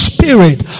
Spirit